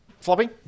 Floppy